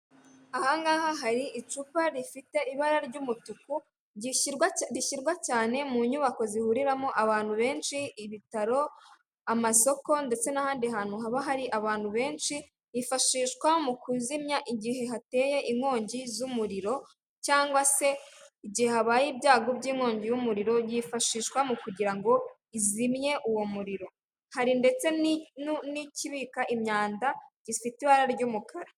Aha ngaha hari icupa rifite ibara ry'umutuku gishyirwa cyane/rishyirwa cyane mu nyubako zihuriramo abantu benshi ibitaro, amasoko ndetse n'ahandi hantu haba hari abantu benshi, hifashishwa mu kuzimya igihe hateye inkongi z'umuriro cyangwa se igihe habaye ibyago by'inkongi y'umuriro yifashishwa mu kugira ngo izimye uwo muriro, hari ndetse n'ikibika imyanda gifite ibara ry'umukara.